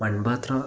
മൺപാത്രമോ